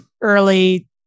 early